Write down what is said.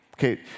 Okay